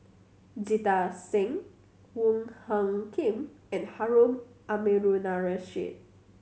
Jita Singh Wong Hung Khim and Harun Aminurrashid